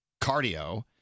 cardio